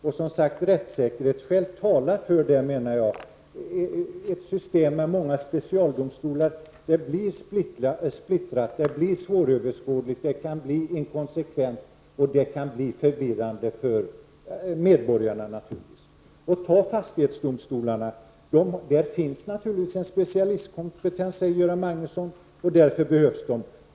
Jag menar att rättssäkerhetsskäl talar för det. Ett system med många specialdomstolar blir splittrat, svåröverskådligt och ibland inkonsekvent. Det kan bli förvirrande för medborgarna. Titta på fastighetsdomstolarna. Där finns naturligtvis en specialistkompetens, Göran Magnusson, och därför behövs de.